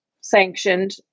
sanctioned